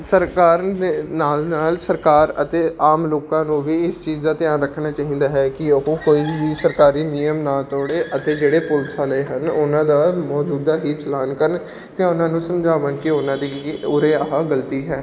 ਸਰਕਾਰ ਦੇ ਨਾਲ ਨਾਲ ਸਰਕਾਰ ਅਤੇ ਆਮ ਲੋਕਾਂ ਨੂੰ ਵੀ ਇਸ ਚੀਜ਼ ਦਾ ਧਿਆਨ ਰੱਖਣਾ ਚਾਹੀਦਾ ਹੈ ਕਿ ਉਹ ਕੋਈ ਵੀ ਸਰਕਾਰੀ ਨਿਯਮ ਨਾ ਤੋੜੇ ਅਤੇ ਜਿਹੜੇ ਪੁਲਿਸ ਵਾਲੇ ਹਨ ਉਹਨਾਂ ਦਾ ਮੌਜੂਦਾ ਹੀ ਚਲਾਨ ਕਰਨ ਅਤੇ ਉਹਨਾਂ ਨੂੰ ਸਮਝਾਉਣ ਕਿ ਉਹਨਾਂ ਦੀ ਉਰੇ ਆਹ ਗਲਤੀ ਹੈ